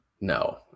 No